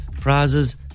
prizes